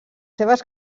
seves